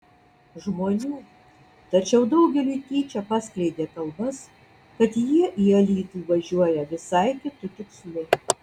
žmonių tačiau daugeliui tyčia paskleidė kalbas kad jie į alytų važiuoja visai kitu tikslu